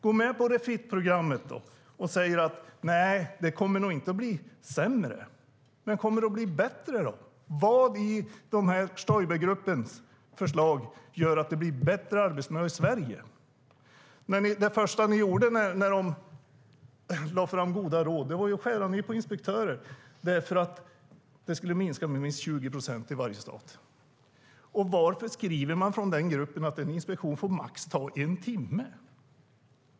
Gå med på Refit-programmet och säg att det inte kommer att bli sämre. Men kommer det att bli bättre? Vad i Stoibergruppens förslag gör att det blir bättre arbetsmiljö i Sverige? Det första ni gjorde när Stoibergruppen lade fram sina goda råd var att skära ned på antalet inspektörer. De skulle minska med minst 20 procent i varje stat. Varför skriver gruppen att en inspektion får max ta en timme?